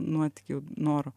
nuotykių noro